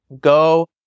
go